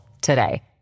today